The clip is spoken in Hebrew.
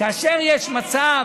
כאשר יש מצב